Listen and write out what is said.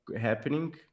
happening